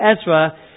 Ezra